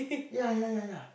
ya ya ya ya